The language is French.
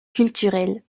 culturelle